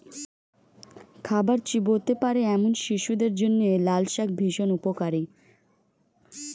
খাবার চিবোতে পারে এমন শিশুদের জন্য লালশাক ভীষণ উপকারী